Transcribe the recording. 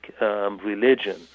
religion